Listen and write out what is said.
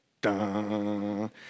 dun